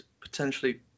potentially